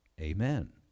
Amen